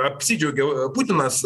apsidžiaugė putinas